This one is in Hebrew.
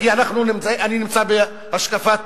כי אני נמצא בהשקפת